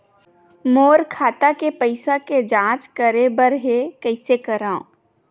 मोर खाता के पईसा के जांच करे बर हे, कइसे करंव?